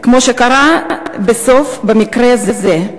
כמו שקרה בסוף במקרה זה.